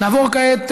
נעבור כעת,